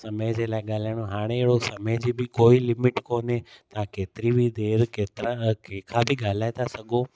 समय जे लाइ ॻाल्हाइणु हाणे अहिड़ो समय जी बि कोई लिमिट कोन्हे तव्हां केतिरी बि देर केतिरा खां कंहिंखां बि ॻाल्हाए था सघो